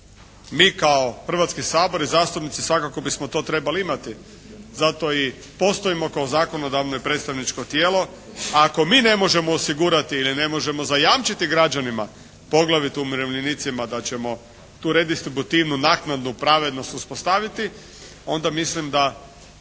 Mi kao Hrvatski sabor i zastupnici svakako bismo to trebali imali, zato i postojimo kao zakonodavno i predstavničko tijelo, a ako mi ne možemo osigurati ili ne možemo zajamčiti građanima, poglavito umirovljenicima da ćemo tu redistributivnu naknadnu pravednost uspostaviti onda mislim da